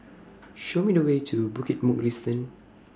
Show Me The Way to Bukit Mugliston